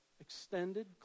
extended